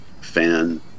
fan